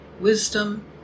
Wisdom